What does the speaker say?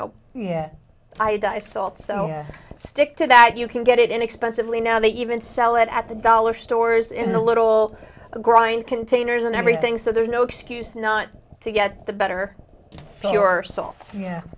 know yeah i dive salt so stick to that you can get it inexpensively now they even sell it at the dollar stores in the little growing containers and everything so there's no excuse not to get the better for y